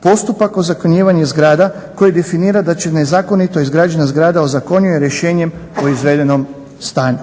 postupak ozakonjenja zgrada koji definira da će nezakonito izgrađena zgrada ozakonjuje rješenjem o izvedenom stanju.